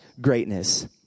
greatness